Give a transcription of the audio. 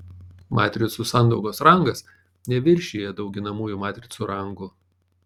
matricų sandaugos rangas neviršija dauginamųjų matricų rangų